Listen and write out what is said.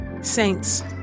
Saints